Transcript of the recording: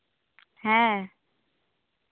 ᱦᱮᱸ